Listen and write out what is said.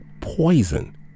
poison